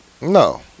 No